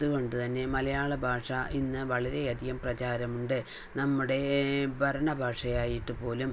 അതുകൊണ്ടു തന്നെ മലയാള ഭാഷ ഇന്ന് വളരെ അധികം പ്രചാരമുണ്ട് നമ്മുടെ ഭരണ ഭാഷയായിട്ടു പോലും